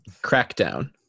Crackdown